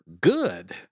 good